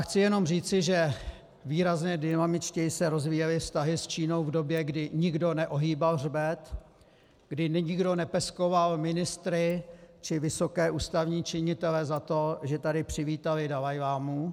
Chci jenom říci, že výrazně dynamičtěji se rozvíjely vztahy s Čínou v době, kdy nikdo neohýbal hřbet, kdy nikdo nepeskoval ministry či vysoké ústavní činitele za to, že tady přivítali dalajlámu.